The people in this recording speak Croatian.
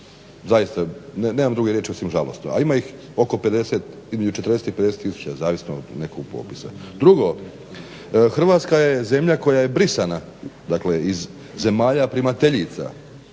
zaista nemam druge riječi osim žalosno, a ima između 40 i 50 tisuća zavisno od nekog popisa. Drugo, Hrvatska je zemlja koja je brisana iz zemalja primateljica